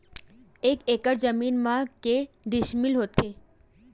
एक एकड़ जमीन मा के डिसमिल होथे?